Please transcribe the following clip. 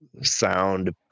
sound